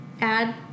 add